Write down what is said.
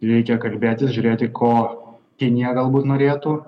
reikia kalbėtis žiūrėti ko kinija galbūt norėtų